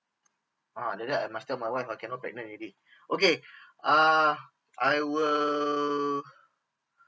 ah like that I must tell my wife ah cannot pregnant already okay ah I will